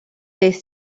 beth